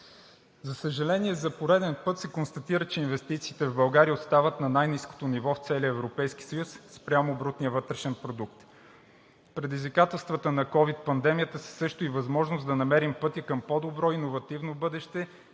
За съжаление, за пореден път се констатира, че инвестициите в България остават на най-ниското ниво в целия Европейски съюз спрямо брутния вътрешен продукт. Предизвикателствата на ковид пандемията са също и възможност да намерим пътя към по-добро иновативно бъдеще